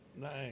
nice